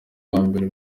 bambere